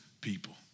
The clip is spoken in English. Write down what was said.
people